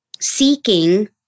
seeking